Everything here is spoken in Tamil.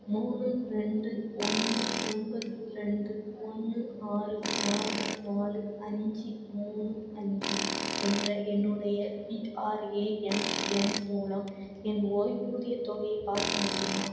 மூணு ரெண்டு ஒன்று ஒன்பது ரெண்டு ஒன்று ஆறு நாலு நாலு அஞ்சு மூணு அஞ்சு என்ற என்னுடைய பிஆர்ஏஎன் எண் மூலம் என் ஓய்வூதியத் தொகையை பார்க்க முடியுமா